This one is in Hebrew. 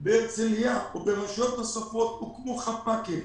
בהרצליה וברשויות נוספות הוקמו חפ"קים,